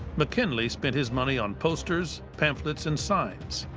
mckinley spent his money on posters, pamphlets, and signs,